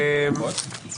גם אם לא תודה בכך,